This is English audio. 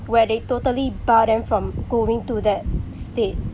where they totally bar them from going to that state